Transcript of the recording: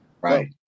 right